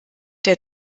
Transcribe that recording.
der